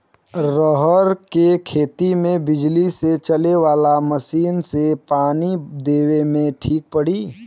रहर के खेती मे बिजली से चले वाला मसीन से पानी देवे मे ठीक पड़ी?